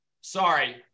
Sorry